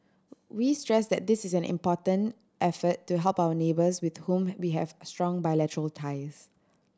we stress that this is an important effort to help our neighbours with whom we have strong bilateral ties